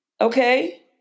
Okay